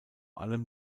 allem